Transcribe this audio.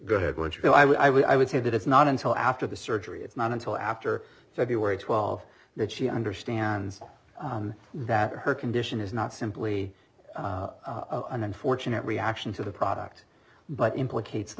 go ahead when you go i would i would say that it's not until after the surgery it's not until after february twelve that she understands that her condition is not simply an unfortunate reaction to the product but implicates the